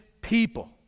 people